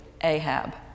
Ahab